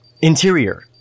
Interior